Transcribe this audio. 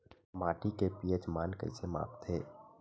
माटी के पी.एच मान कइसे मापथे?